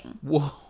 Whoa